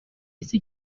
bus